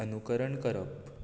अनुकरण करप